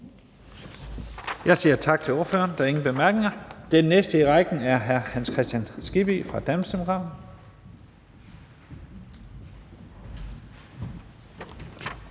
Jeg siger tak til ordføreren. Der er ingen korte bemærkninger. Den næste i rækken er hr. Hans Kristian Skibby fra Danmarksdemokraterne.